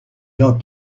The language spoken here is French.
gens